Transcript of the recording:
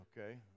Okay